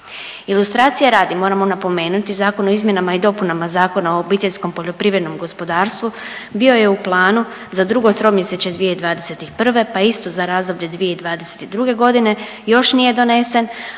Ilustracije radi moramo napomenuti, Zakon o izmjenama i dopunama Zakona o obiteljskom poljoprivrednom gospodarstvu bio je u planu za drugo tromjesečje 2021. pa isto za razdoblje 2022. godine, još nije donesen,